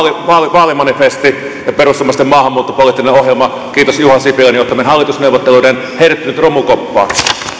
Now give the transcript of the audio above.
vaalimanifesti ja perussuomalaisten maahanmuuttopoliittinen ohjelma kiitos juha sipilän johtamien hallitusneuvotteluiden heitetty nyt romukoppaan